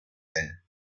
elle